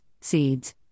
seeds